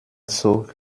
zog